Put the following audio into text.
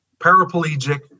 paraplegic